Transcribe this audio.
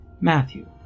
Matthew